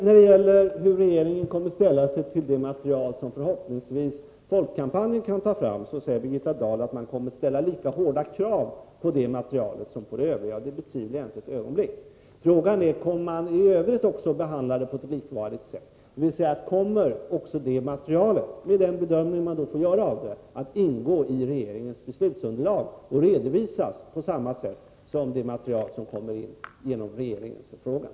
När det gäller frågan om hur regeringen kommer att ställa sig till det material som Folkkampanjen förhoppningsvis kommer att ta fram, säger Birgitta Dahl att man kommer att ställa lika hårda krav på det materialet som på det övriga. Det betvivlar jag inte ett ögonblick. Frågan är: Kommer man också i övrigt att behandla det på ett likvärdigt sätt? Kommer också det materialet — med den bedömning man då får göra — att ingå i regeringens beslutsunderlag och redovisas på samma sätt som det material som kommer in genom regeringens förfrågan?